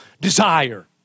desire